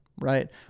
right